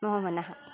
मम मनः